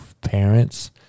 parents